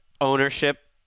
ownership